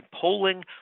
polling